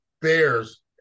Bears